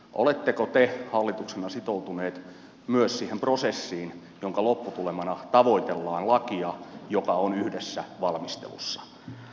oletteko te hallituksena sitoutuneet myös siihen prosessiin jonka lopputulemana tavoitellaan lakia joka on yhdessä valmistelussa